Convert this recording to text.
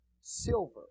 silver